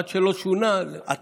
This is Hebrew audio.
עד שלא שונה, לא.